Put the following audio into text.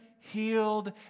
healed